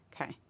okay